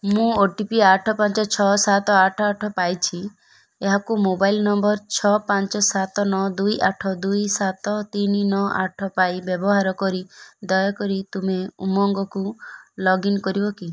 ମୁଁ O T P ଆଠ ପାଞ୍ଚ ଛଅ ସାତ ଆଠ ଆଠ ପାଇଛି ଏହାକୁ ମୋବାଇଲ୍ ନମ୍ବର୍ ଛଅ ପାଞ୍ଚ ସାତ ନଅ ଦୁଇ ଆଠ ଦୁଇ ସାତ ତିନି ନଅ ଆଠ ପାଇଁ ବ୍ୟବହାର କରି ଦୟାକରି ତୁମେ ଉମଙ୍ଗକୁ ଲଗ୍ଇନ୍ କରିବ କି